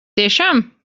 tiešām